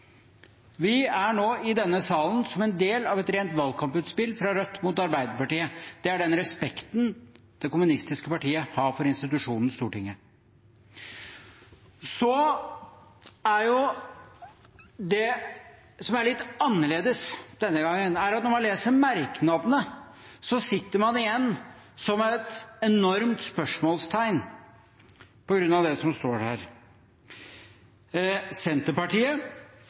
Vi er nå i denne salen som en del av et rent valgkamputspill fra Rødt mot Arbeiderpartiet. Det er den respekten det kommunistiske partiet har for institusjonen Stortinget. Det som er litt annerledes denne gangen, er at når man leser merknadene, sitter man igjen som et enormt spørsmålstegn på grunn av det som står der. Senterpartiet